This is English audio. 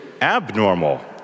abnormal